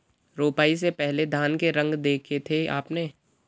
रोपाई से पहले धान के रंग देखे थे आपने?